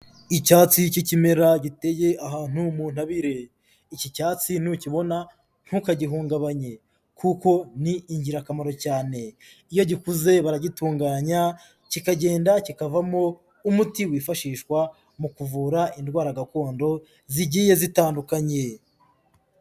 Icyatsi k'ikimera, giteye ahantu mu ntabire. Iki cyatsi nukibona ntukagihungabanye. Kuko ni ingirakamaro cyane. Iyo gikuze baragitunganya, kikagenda kikavamo umuti, wifashishwa mu kuvura indwara gakondo, zigiye zitandukanye.